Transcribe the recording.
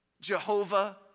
Jehovah